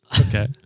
Okay